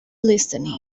listening